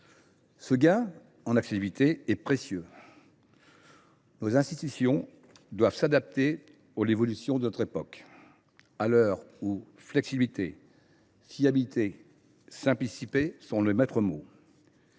Ce gain en accessibilité est précieux. Nos institutions doivent s’adapter aux évolutions de notre époque, dont la flexibilité, la fiabilité et la simplicité sont les maîtres mots.